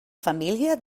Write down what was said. família